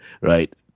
right